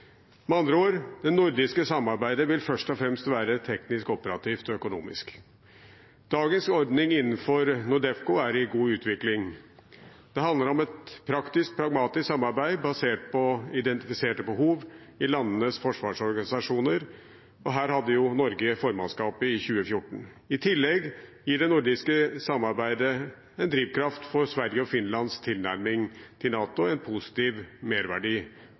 Med andre ord: Det nordiske samarbeidet vil først og fremst være teknisk, operativt og økonomisk. Dagens ordning innenfor NORDEFCO er i god utvikling. Det handler om et praktisk, pragmatisk samarbeid basert på identifiserte behov i landenes forsvarsorganisasjoner, og her hadde jo Norge formannskapet i 2014. I tillegg gir det nordiske samarbeidet en drivkraft for Sverige og Finlands tilnærming til NATO – en positiv merverdi